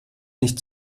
nicht